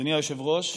אדוני היושב-ראש,